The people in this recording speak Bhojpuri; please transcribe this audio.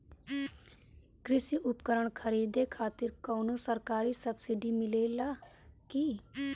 कृषी उपकरण खरीदे खातिर कउनो सरकारी सब्सीडी मिलेला की?